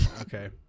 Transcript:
Okay